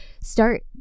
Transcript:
Start